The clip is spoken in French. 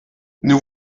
nous